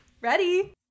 Ready